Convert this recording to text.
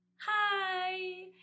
Hi